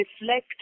reflect